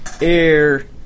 air